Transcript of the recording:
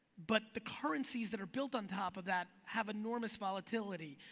but the currencies that are built on top of that, have enormous volatility.